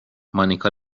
مانیکا